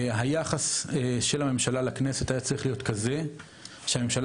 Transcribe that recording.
היחס של הממשלה לכנסת היה צריך להיות כזה שהממשלה